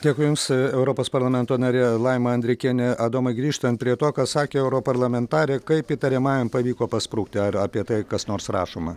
dėkui jums europos parlamento narė laima andrikienė adomai grįžtant prie to ką sakė europarlamentarė kaip įtariamajam pavyko pasprukti ar apie tai kas nors rašoma